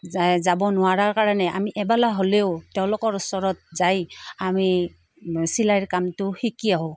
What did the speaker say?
যাই যাব নোৱাৰাৰ কাৰণে আমি এবেলা হ'লেও তেওঁলোকৰ ওচৰত যাই আমি চিলাইৰ কামটো শিকি আহোঁ